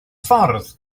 ffordd